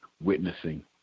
witnessing